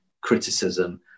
criticism